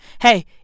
Hey